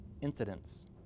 incidents